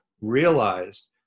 realized